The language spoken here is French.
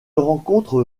rencontre